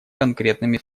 конкретными